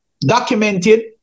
documented